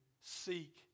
seek